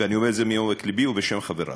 ואני אומר את זה מעומק לבי ובשם חברי.